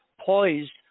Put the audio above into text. poised